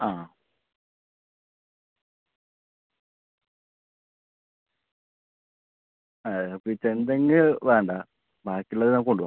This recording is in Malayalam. ആ അതായത് അപ്പോൾ ഈ ചെന്തെങ്ങ് വേണ്ട ബാക്കി ഉള്ളത് കൊണ്ട് വാ